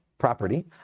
property